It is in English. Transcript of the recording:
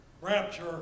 rapture